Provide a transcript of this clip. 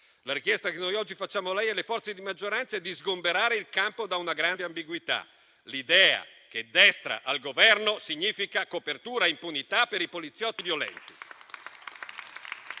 La richiesta che noi oggi facciamo a lei e alle forze di maggioranza è di sgomberare il campo da una grande ambiguità: l'idea che destra al Governo significhi copertura e impunità per i poliziotti violenti.